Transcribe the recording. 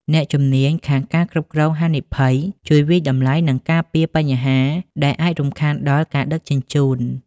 អ្នកជំនាញខាងការគ្រប់គ្រងហានិភ័យ ជួយវាយតម្លៃ និងការពារបញ្ហាដែលអាចរំខានដល់ការដឹកជញ្ជូន។